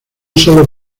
sólo